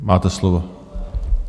Máte slovo.